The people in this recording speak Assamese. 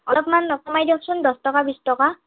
অলপমান দিয়কচোন দহ টকা বিশ টকা